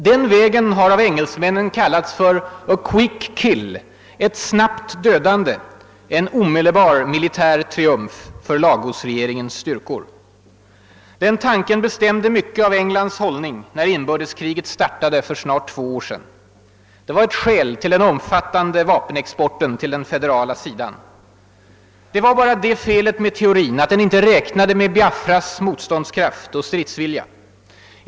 Den vägen har av engelsmännen kallats för a quick kill, ett snabbt dödande, en omedelbar militär triumf för Lagosregeringens styrkor. Den tanken bestämde mycket av Englands hållning när inbördeskriget startade för snart två år sedan. Det var ett skäl för den omfattande vapenexporten till den federala sidan. Det var bara det felet med teorin, att den inte räknade med Biafras motståndskraft och stridsvilja.